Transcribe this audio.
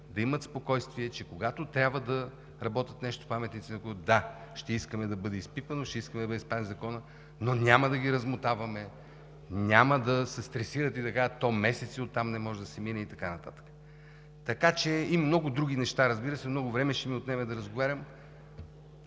да имат спокойствие, че когато трябва да работят нещо, паметници на културата – да, ще искаме да бъде изпипано, ще искаме да бъде спазен Законът, но няма да ги размотаваме, няма да се стресират и да кажат: „То месеци оттам не може да се мине!“ И много други неща, разбира се. Много време ще ни отнеме да разговаряме.